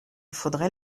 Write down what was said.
faudrait